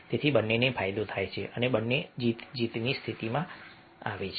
તેથી બંનેને ફાયદો થાય છે અને બંને જીત જીતની સ્થિતિમાં છે